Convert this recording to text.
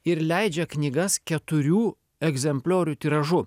ir leidžia knygas keturių egzempliorių tiražu